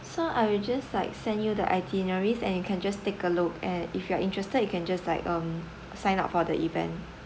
so I will just like send you the itineraries and you can just take a look and if you're interested you can just like um sign up for the event